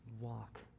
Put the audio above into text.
walk